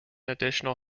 additional